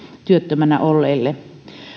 työttömänä olleille